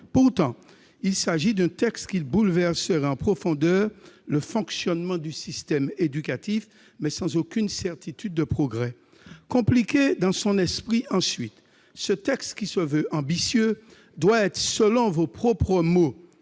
Pourtant, il s'agit d'un texte dont l'adoption bouleverserait en profondeur le fonctionnement du système éducatif, mais sans aucune certitude de progrès. Compliqué, il l'est aussi dans son esprit. Ce texte, qui se veut ambitieux, doit être, selon vos propres mots,